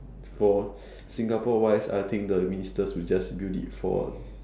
for Singapore wise I think the ministers will just build it for